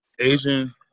Asian